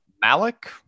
Malik